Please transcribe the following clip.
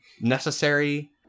necessary